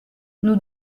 nous